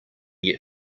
yet